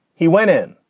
he went in,